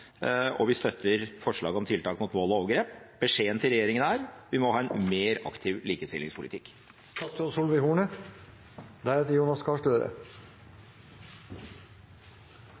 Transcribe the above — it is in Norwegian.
og vi støtter forslaget til tiltak mot vold og overgrep. Beskjeden til regjeringen er: Vi må ha en mer aktiv